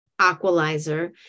aqualizer